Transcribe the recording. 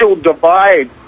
divide